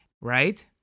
right